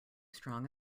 strong